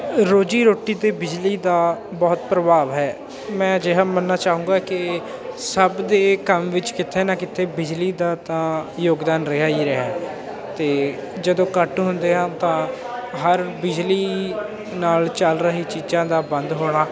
ਰੋਜ਼ੀ ਰੋਟੀ ਅਤੇ ਬਿਜਲੀ ਦਾ ਬਹੁਤ ਪ੍ਰਭਾਵ ਹੈ ਮੈਂ ਅਜਿਹਾ ਮੰਨਣਾ ਚਾਹੂੰਗਾ ਕਿ ਸਭ ਦੇ ਕੰਮ ਵਿੱਚ ਕਿੱਤੇ ਨਾ ਕਿੱਤੇ ਬਿਜਲੀ ਦਾ ਤਾਂ ਯੋਗਦਾਨ ਰਿਹਾ ਹੀ ਰਿਹਾ ਅਤੇ ਜਦੋਂ ਕੱਟ ਹੁੰਦੇ ਆ ਤਾਂ ਹਰ ਬਿਜਲੀ ਨਾਲ ਚੱਲ ਰਹੀ ਚੀਜ਼ਾਂ ਦਾ ਬੰਦ ਹੋਣਾ